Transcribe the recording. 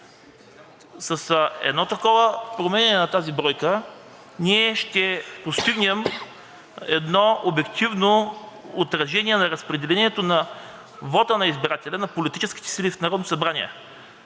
С едно такова променяне на тази бройка ще постигнем обективно отражение на разпределението на вота на избирателя, на политическите сили в Народното събрание,